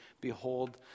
behold